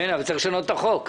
צריך לשנות את החוק.